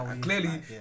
Clearly